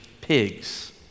pigs